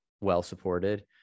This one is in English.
well-supported